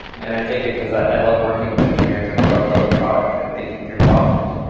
and and i fake it because i love working with engineers and i love building product and thinking through problems.